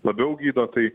labiau gydo tai